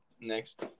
next